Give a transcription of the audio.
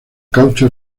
caucho